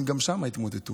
הם גם שם יתמוטטו,